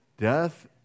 Death